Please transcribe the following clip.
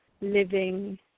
living